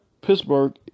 Pittsburgh